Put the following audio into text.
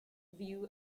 view